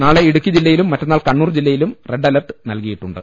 നാളെ ഇടുക്കി ജില്ലയിലും മറ്റന്നാൾ കണ്ണൂർ ജില്ലയിലും റെഡ് അലർട്ട് നൽകിയിട്ടുണ്ട്